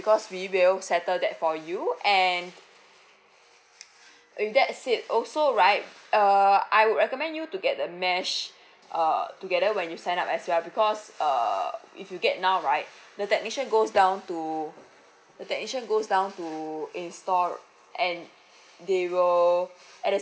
because we will settle that for you and with that said also right uh I would recommend you to get the mesh err together when you sign up as well because err if you get now right the technician goes down to the technician goes down to install and they will at the